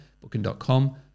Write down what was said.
Booking.com